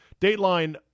Dateline